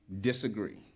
disagree